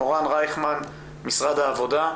מורן רייכמן ממשרד העבודה בבקשה.